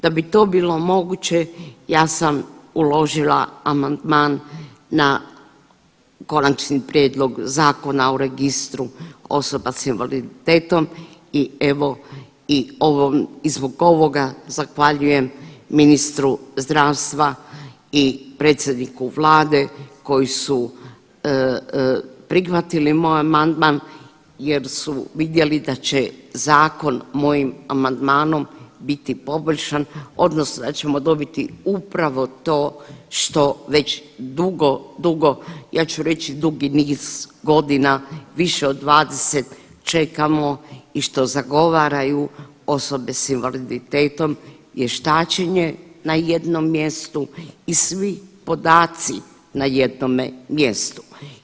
Da bi to bilo moguće ja sam uložila amandman na Konačni prijedlog Zakona o registru osoba s invaliditetom i evo i zbog ovoga zahvaljujem ministru zdravstvu i predsjedniku vlade koji su prihvatili moj amandman jer su vidjeli da će zakon mojim amandmanom biti poboljšan odnosno da ćemo dobiti upravo to što već dugo, dugo ja ću reći dugi niz godina, više od 20 čekamo i što zagovaraju osobe s invaliditetom vještačenje na jednom mjestu i svi podaci na jednome mjestu.